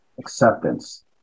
Acceptance